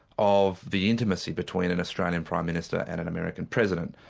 of the intimacy between an australian prime minister and an american president.